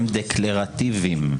הם דקלרטיביים,